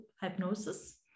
hypnosis